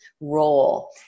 role